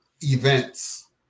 events